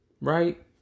Right